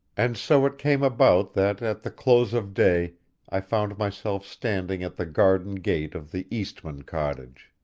and so it came about that at the close of day i found myself standing at the garden gate of the eastmann cottage.